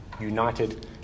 united